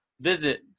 visit